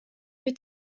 mit